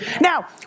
Now